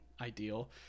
ideal